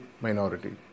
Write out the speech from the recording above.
minority